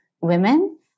women